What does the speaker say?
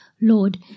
Lord